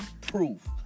proof